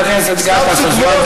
חבר הכנסת גטאס,